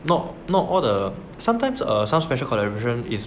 not not all the sometimes err some special collaboration is